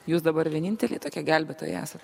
jūs dabar vieninteliai tokie gelbėtojai esat